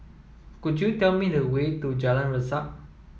could you tell me the way to Jalan Resak